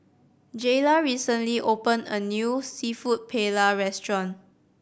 Jayla recently opened a new Seafood Paella Restaurant